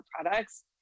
products